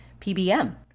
PBM